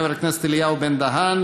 חבר הכנסת אליהו בן-דהן,